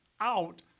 out